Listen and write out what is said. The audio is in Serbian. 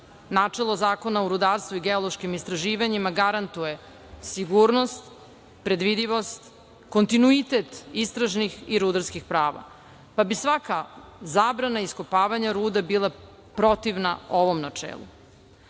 načelo Zakona o rudarstvu i geološkim istraživanjima garantuje sigurnost, predvidljivost, kontinuitet istražnih i rudarskih prava, pa bi svaka zabrana iskopavanja ruda bila protivna ovom